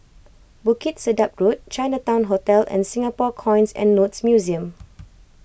Bukit Sedap Road Chinatown Hotel and Singapore Coins and Notes Museum